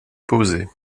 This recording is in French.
posées